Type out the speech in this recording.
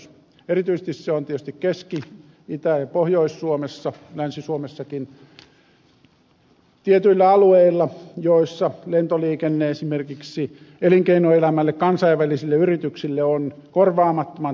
erityisesti se on sitä tietysti keski itä ja pohjois suomessa länsi suomessakin tietyillä alueilla joissa lentoliikenne esimerkiksi elinkeinoelämälle kansainvälisille yrityksille on korvaamattoman tärkeä